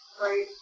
Right